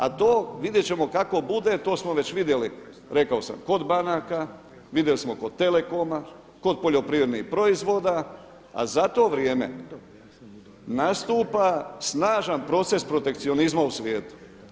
A to vidjet ćemo kako bude, to smo već vidjeli rekao sam kod banaka, vidjeli smo kod Telekoma, kod poljoprivrednih proizvoda, a za to vrijeme nastupa snažan proces protekcionizma u svijetu.